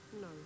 No